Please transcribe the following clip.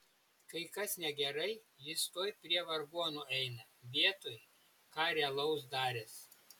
kai kas negerai jis tuoj prie vargonų eina vietoj ką realaus daręs